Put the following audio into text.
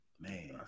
Man